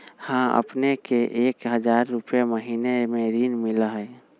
हां अपने के एक हजार रु महीने में ऋण मिलहई?